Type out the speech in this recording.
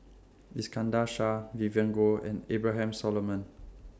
Iskandar Shah Vivien Goh and Abraham Solomon